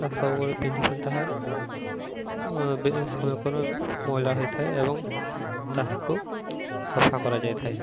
ତା ସବୁବେଳେ ପିନ୍ଧି ପିନ୍ଧି ତାହା ସମୟ କ୍ରମେ ମଇଳା ହୋଇଥାଏ ଏବଂ ତାହାକୁ ସଫା କରାଯାଇଥାଏ